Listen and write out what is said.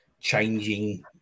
Changing